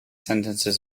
sentences